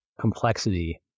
complexity